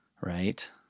Right